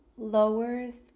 lowers